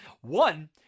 One